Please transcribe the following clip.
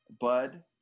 Bud